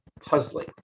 puzzling